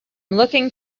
looking